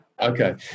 Okay